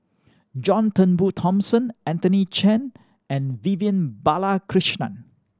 John Turnbull Thomson Anthony Chen and Vivian Balakrishnan